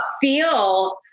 feel